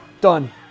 Done